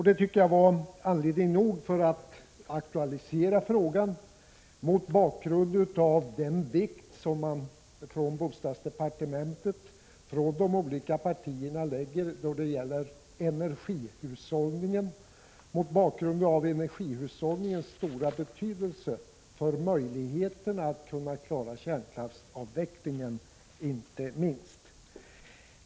Det tyckte jag var anledning nog att aktualisera den här saken — mot bakgrund av den vikt som man från bostadsdepartementets och de olika partiernas sida fäster vid energihushållningen, med hänsyn till dess stora betydelse inte minst när det gäller möjligheterna att klara kärnkraftsavvecklingen.